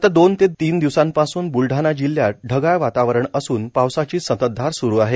गत दोन ते तीन दिवसांपासून बूलडाणा जिल्ह्यात ढगाळ वातावरण असून पावसाची संततधार सुरू आहे